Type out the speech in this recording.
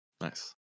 Nice